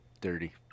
Dirty